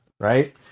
right